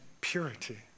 purity